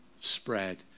spread